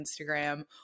Instagram